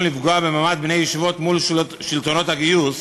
לפגוע במעמד בני הישיבות מול שלטונות הגיוס,